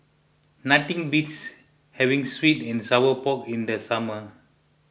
nothing beats having Sweet and Sour Pork in the summer